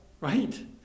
Right